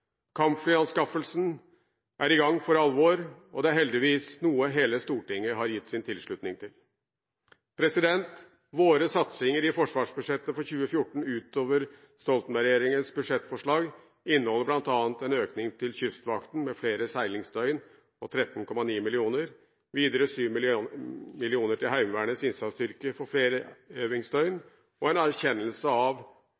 Kampflyanskaffelsen er i gang for alvor, og dette er heldigvis noe hele Stortinget har gitt sin tilslutning til. Våre satsinger i forsvarsbudsjettet for 2014 utover Stoltenberg-regjeringens budsjettforslag inneholder bl.a. en økning til Kystvakten – flere seilingsdøgn – med 13,9 mill. kr, videre 7 mill. kr til Heimevernets innsatsstyrker – flere